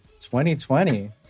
2020